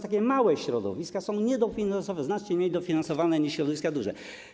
Takie małe środowiska są niedofinansowane, znacznie mniej dofinansowane niż środowiska duże.